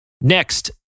Next